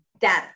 data